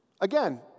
Again